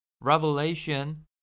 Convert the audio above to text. Revelation